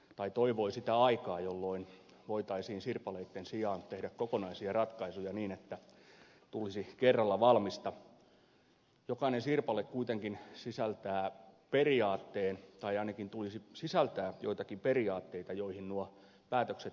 kyllönen toivoi sitä aikaa jolloin voitaisiin sirpaleitten sijaan tehdä kokonaisia ratkaisuja niin että tulisi kerralla valmista jokainen sirpale kuitenkin sisältää periaatteen tai sen ainakin tulisi sisältää joitakin periaatteita joihin nuo päätökset pohjaavat